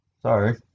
Sorry